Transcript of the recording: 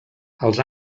els